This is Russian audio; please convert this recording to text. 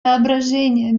соображения